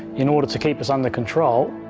in order to keep us under control,